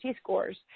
scores